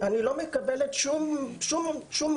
אני לא מקבלת שום אחוזים,